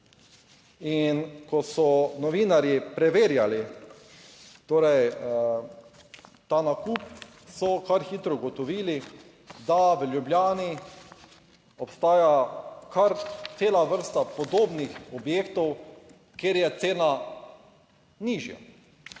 In ko so novinarji preverjali torej ta nakup, so kar hitro ugotovili, da v Ljubljani obstaja kar cela vrsta podobnih objektov, kjer je cena nižja.